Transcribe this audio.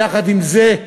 יחד עם זה,